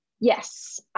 Yes